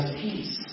peace